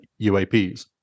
UAPs